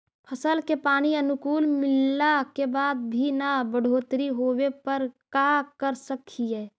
फसल के पानी अनुकुल मिलला के बाद भी न बढ़ोतरी होवे पर का कर सक हिय?